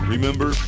Remember